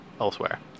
elsewhere